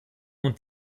und